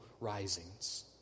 risings